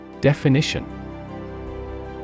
Definition